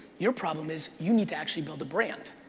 your problem is you need to actually build a brand.